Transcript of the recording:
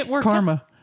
karma